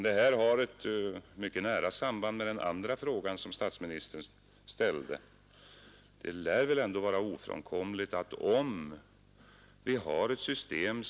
Detta har ett mycket nära samband med den andra frågan som statsministern ställde.